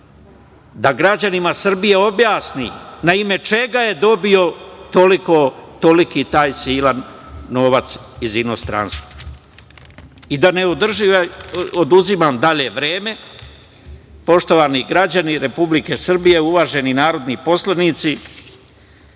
da građanima Srbije objasni na ime čega je dobio toliki taj silan novac iz inostranstva.I da ne oduzimam dalje vreme, poštovani građani Republike Srbije, uvaženi narodni poslanici